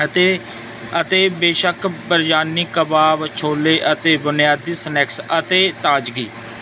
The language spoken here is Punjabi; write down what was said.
ਅਤੇ ਅਤੇ ਬੇਸ਼ੱਕ ਬਿਰਯਾਨੀ ਕਬਾਬ ਛੋਲੇ ਅਤੇ ਬੁਨਿਆਦੀ ਸਨੈਕਸ ਅਤੇ ਤਾਜ਼ਗੀ